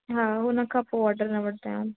हा हुन खां पोइ ऑर्डर न वठंदा आहियूं